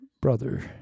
brother